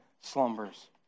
slumbers